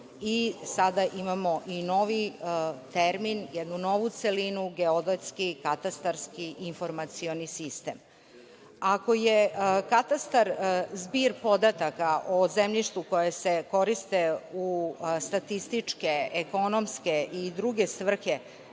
Sada imamo i novi termin, jednu novu celinu geodetski katastarski informacioni sistem. Ako je katastar zbir podataka o zemljištu koji se koristi u statističke, ekonomske i druge svrhe